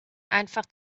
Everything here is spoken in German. einfach